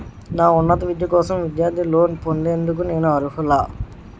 నా ఉన్నత విద్య కోసం విద్యార్థి లోన్ పొందేందుకు నేను అర్హులా?